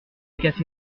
café